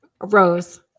Rose